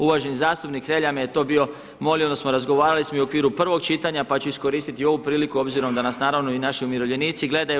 Uvaženi zastupnik Hrelja me je to bio molio, odnosno razgovarali smo i u okviru prvog čitanja, pa ću iskoristiti i ovu priliku obzirom da nas naravno i naši umirovljenici gledaju.